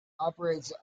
operates